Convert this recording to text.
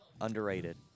underrated